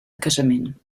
casament